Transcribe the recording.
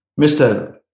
Mr